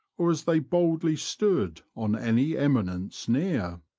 or as they boldly stood on any eminence near.